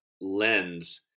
lens